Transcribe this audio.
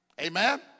Amen